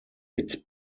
its